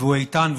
והוא איתן,